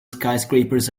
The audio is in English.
skyscrapers